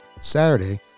Saturday